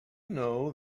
know